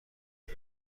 جدی